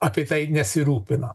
apie tai nesirūpino